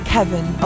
Kevin